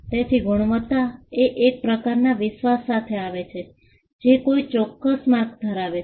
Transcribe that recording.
તેથી ગુણવત્તા એ એક પ્રકારના વિશ્વાસ સાથે આવે છે જે કોઈ ચોક્કસ માર્ક ધરાવે છે